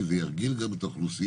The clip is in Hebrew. כי זה ירגיל גם את האוכלוסייה,